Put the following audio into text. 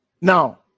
Now